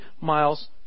miles